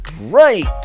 right